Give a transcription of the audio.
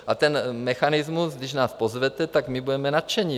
A ten mechanismus, když nás pozvete, tak my budeme nadšeni.